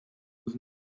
was